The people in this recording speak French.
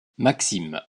maxime